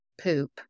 poop